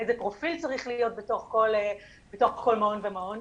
איזה פרופיל צריך להיות בכל מעון ומעון,